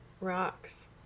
rocks